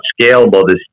scalable